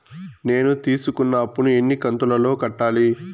నేను తీసుకున్న అప్పు ను ఎన్ని కంతులలో కట్టాలి?